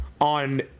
on